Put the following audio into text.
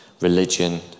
religion